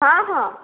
ହଁ ହଁ